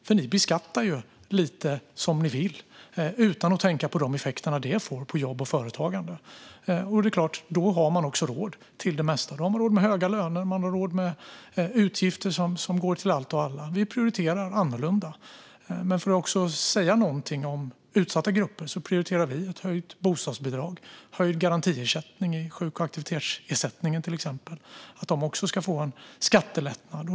Man beskattar ju lite som man vill, utan att tänka på de effekter det får på jobb och företagande. Då har man såklart också råd med det mesta. Man har råd med höga löner och med utgifter till allt och alla. Vi prioriterar annorlunda. För att också säga något om utsatta grupper prioriterar vi höjt bostadsbidrag, höjd garantiersättning i sjuk och aktivitetsersättningen till exempel, för att de också ska få en skattelättnad.